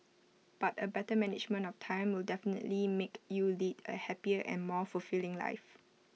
but A better management of time will definitely make you lead A happier and more fulfilling life